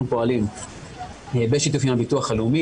אנחנו פועלים בשיתוף עם הביטוח הלאומי,